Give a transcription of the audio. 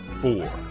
four